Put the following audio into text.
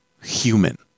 human